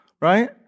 right